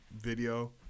video